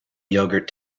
yogurt